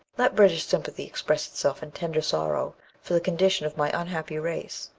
let british sympathy express itself in tender sorrow for the condition of my unhappy race.